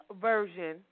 version